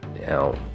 Now